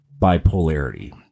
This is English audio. bipolarity